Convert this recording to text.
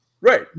Right